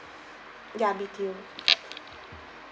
ya B_T_O